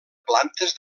plantes